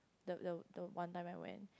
the the the one time I went